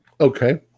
Okay